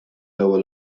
ewwel